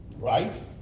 right